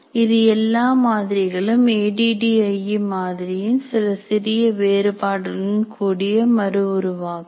இது எல்லாம் மாதிரிகளும் A D D I E மாதிரியின் சில சிறிய வேறுபாடு டன் கூடிய மறுஉருவாக்கம்